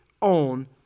on